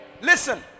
Listen